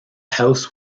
house